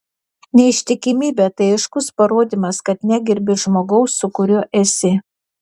neištikimybė tai aiškus parodymas kad negerbi žmogaus su kuriuo esi